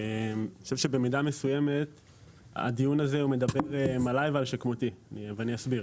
אני חושב שבמידה מסוימת הדיון הזה מדבר עלי ועל שכמותי ואני אסביר.